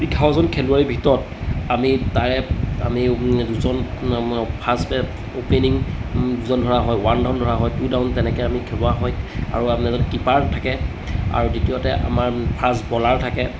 এঘাৰজন খেলুৱৈৰ ভিতৰত আমি তাৰে আমি দুজন ফাৰ্ষ্ট বেট অপেনিং যিজন ধৰা হয় ৱান ডাউন ধৰা হয় টু ডাউন তেনেকৈ আমি খেলোৱা হয় আৰু আপোনালোকৰ কিপাৰ থাকে আৰু দ্বিতীয়তে আমাৰ ফাৰ্ষ্ট বলাৰ থাকে